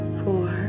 four